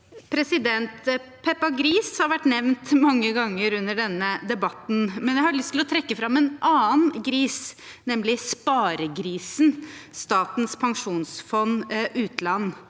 arbeid. Peppa Gris har vært nevnt mange ganger under denne debatten, men jeg har lyst til å trekke fram en annen gris, nemlig sparegrisen Statens pensjonsfond utland.